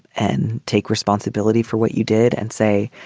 and take responsibility for what you did and say,